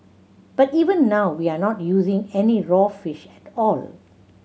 but even now we are not using any raw fish at all